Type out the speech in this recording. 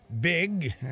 big